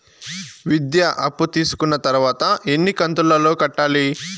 విద్య అప్పు తీసుకున్న తర్వాత ఎన్ని కంతుల లో కట్టాలి?